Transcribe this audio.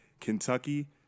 Kentucky